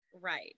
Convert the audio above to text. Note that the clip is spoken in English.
Right